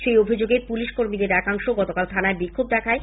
সেই অভিযোগ পুলিশ কর্মীদের একাংশ গতকাল থানায় বিক্ষোভ দেখায়